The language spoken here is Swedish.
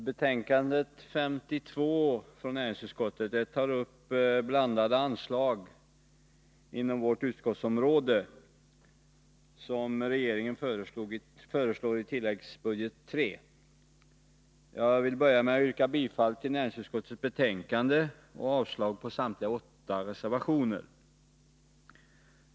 Herr talman! I betänkande 52 från näringsutskottet tas blandade anslag inom vårt utskottsområde upp som regeringen föreslagit i tilläggsbudget III. Jag vill börja med att yrka bifall till näringsutskottets hemställan och avslag på samtliga åtta reservationer.